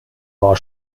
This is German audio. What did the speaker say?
war